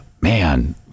man